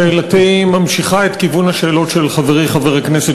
שאלתי ממשיכה את כיוון השאלות של חברי חבר הכנסת